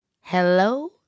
Hello